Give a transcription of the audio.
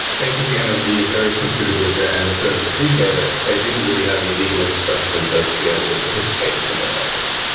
basically and of the various contributors and the firms that dig data, they didn't really have any legal infrastructure in place to be able to participate in something like this.